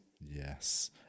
yes